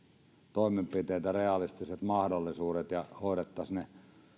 toimenpiteet ja realistiset mahdollisuudet ja hoidettaisiin